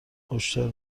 هشدار